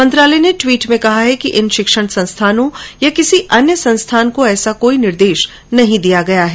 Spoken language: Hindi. मंत्रालय ने ट्वीट में कहा है कि इन शिक्षण संस्थानों या किसी अन्य संस्थान को ऐसा कोई निर्देश नहीं दिया गया है